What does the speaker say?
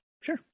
Sure